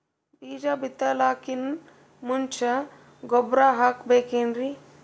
ಬೀಜ ಬಿತಲಾಕಿನ್ ಮುಂಚ ಗೊಬ್ಬರ ಹಾಕಬೇಕ್ ಏನ್ರೀ?